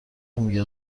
میگه